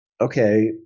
okay